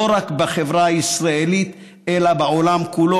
לא רק בחברה הישראלית אלא בעולם כולו.